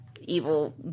evil